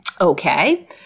Okay